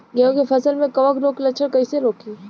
गेहूं के फसल में कवक रोग के लक्षण कईसे रोकी?